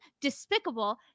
despicable